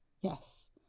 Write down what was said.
Yes